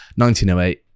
1908